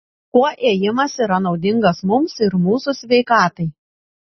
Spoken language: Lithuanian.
kuo ėjimas yra naudingas mums ir mūsų sveikatai